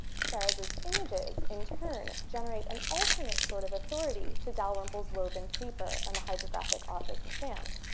serres's images in turn generate an alternate sort of authority to dalrymple's woven paper and the hydrographic office stamp.